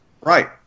Right